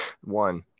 One